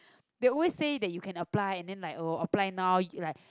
they always said that you can apply and then like oh apply now like